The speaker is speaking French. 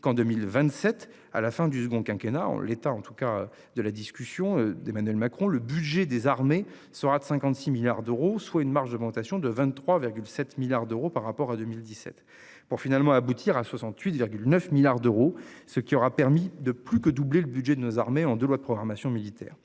qu'en 2027 à la fin du second quinquennat. En l'état, en tout cas de la discussion d'Emmanuel Macron, le budget des armées sera de 56 milliards d'euros, soit une marge d'augmentation de 23,7 milliards d'euros par rapport à 2017 pour finalement aboutir à 68,9 milliards d'euros, ce qui aura permis de plus que doubler le budget de nos armées en de loi de programmation militaire.